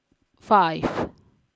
five